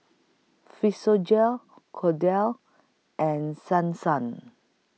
Physiogel Kordel's and Son Sun